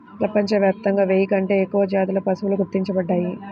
ప్రపంచవ్యాప్తంగా వెయ్యి కంటే ఎక్కువ జాతుల పశువులు గుర్తించబడ్డాయి